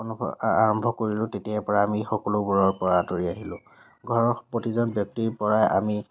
অনুকৰণ আৰম্ভ কৰিলোঁ তেতিয়াৰ পৰাই আমি সকলোবোৰৰ পৰা আঁতৰি আহিলোঁ ঘৰৰ প্ৰতিজন ব্যক্তিৰ পৰাই আমি